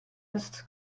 ist